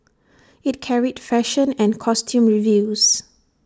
IT carried fashion and costume reviews